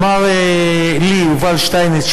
אמר לי יובל שטייניץ,